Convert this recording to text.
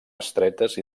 estretes